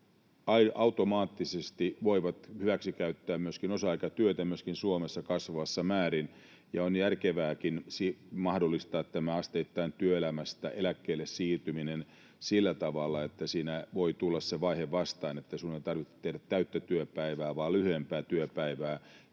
automaattisesti voivat hyväksikäyttää myöskin osa-aikatyötä ja myöskin Suomessa kasvavassa määrin. On järkevääkin mahdollistaa tämä asteittainen työelämästä eläkkeelle siirtyminen sillä tavalla, että siinä voi tulla se vaihe vastaan, että ei tarvitse tehdä täyttä työpäivää vaan lyhyempää työpäivää,